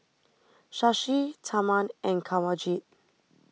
Shashi Tharman and Kanwaljit